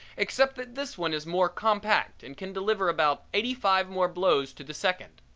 except that this one is more compact and can deliver about eighty-five more blows to the second.